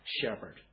shepherd